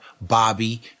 Bobby